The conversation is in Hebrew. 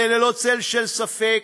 זה ללא צל של ספק